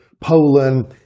Poland